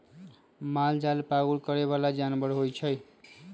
मालजाल पागुर करे बला जानवर होइ छइ